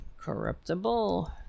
corruptible